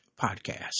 podcast